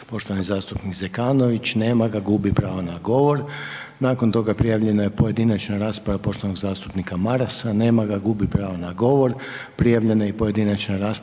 poštovani zastupnik Zekanović. Nema ga, gubi pravo na govor. Nakon toga prijavljena je pojedinačna rasprava poštovanog zastupnika Marasa. Nema ga, gubi pravo na govor. Prijavljena je i pojedinačna rasprava